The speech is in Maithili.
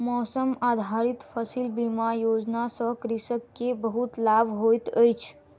मौसम आधारित फसिल बीमा योजना सॅ कृषक के बहुत लाभ होइत अछि